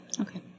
Okay